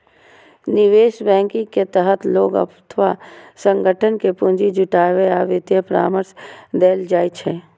निवेश बैंकिंग के तहत लोग अथवा संगठन कें पूंजी जुटाबै आ वित्तीय परामर्श देल जाइ छै